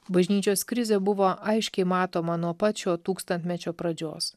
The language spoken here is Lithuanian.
bažnyčios krizė buvo aiškiai matoma nuo pat šio tūkstantmečio pradžios